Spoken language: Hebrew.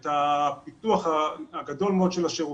את הפיתוח הגדול מאוד של השירותים.